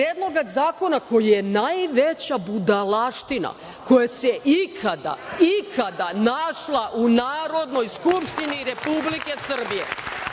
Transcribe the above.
predloga zakona koji je najveća budalaština koja se ikada našla u Narodnoj skupštini Republike Srbije.